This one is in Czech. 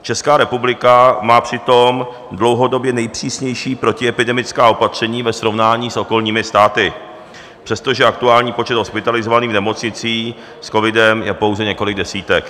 Česká republika má přitom dlouhodobě nejpřísnější protiepidemická opatření ve srovnání s okolními státy, přestože aktuální počet hospitalizovaných v nemocnicích s covidem je pouze několik desítek.